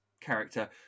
character